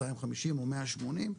250 או 180,